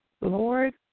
Lord